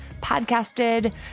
podcasted